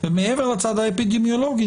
ומעבר לצד האפידמיולוגי,